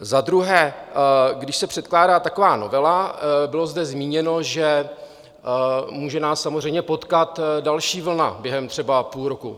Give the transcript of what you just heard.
Za druhé, když se předkládá taková novela, bylo zde zmíněno, že může nás samozřejmě potkat další vlna během třeba půl roku.